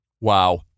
wow